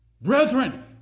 Brethren